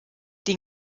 die